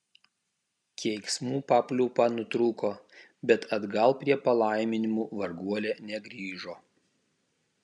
keiksmų papliūpa nutrūko bet atgal prie palaiminimų varguolė negrįžo